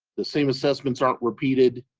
the same assessments aren't repeated.